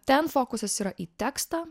ten fokusas yra į tekstą